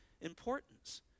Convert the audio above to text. importance